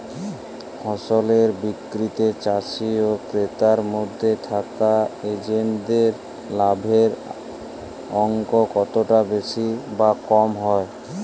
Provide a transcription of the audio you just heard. ফসলের বিক্রিতে চাষী ও ক্রেতার মধ্যে থাকা এজেন্টদের লাভের অঙ্ক কতটা বেশি বা কম হয়?